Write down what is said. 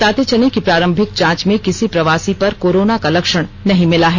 बताते चलें कि प्रारंभिक जांच में किसी प्रवासी पर कोरोना का लक्षण नहीं मिला है